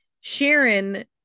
Sharon